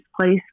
place